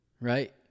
right